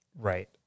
Right